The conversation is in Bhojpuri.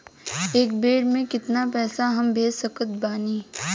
एक बेर मे केतना पैसा हम भेज सकत बानी?